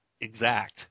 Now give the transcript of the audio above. exact